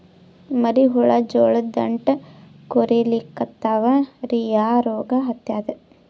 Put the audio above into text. ಮರಿ ಹುಳ ಜೋಳದ ದಂಟ ಕೊರಿಲಿಕತ್ತಾವ ರೀ ಯಾ ರೋಗ ಹತ್ಯಾದ?